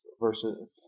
versus